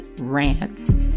rants